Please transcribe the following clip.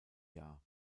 jahr